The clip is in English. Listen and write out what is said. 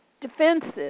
defensive